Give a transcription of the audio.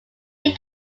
hill